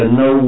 no